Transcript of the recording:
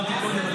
אמרתי קודם,